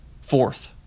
Fourth